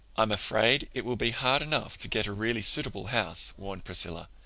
i'm afraid it will be hard enough to get a really suitable house, warned priscilla.